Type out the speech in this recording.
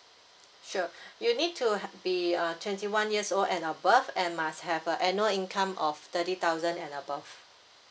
sure you need to be err twenty one years old and above and must have a annual income of thirty thousand and above